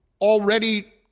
already